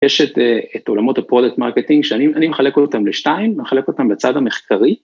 יש את עולמות הפרודקט מרקטינג שאני מחלק אותם לשתיים, מחלק אותם בצד המחקרי.